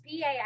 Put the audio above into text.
PA